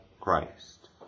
Christ